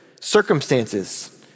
circumstances